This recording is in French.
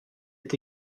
est